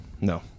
No